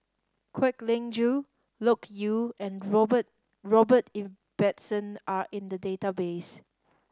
Kwek Leng Joo Loke Yew and Robert Robert Ibbetson are in the database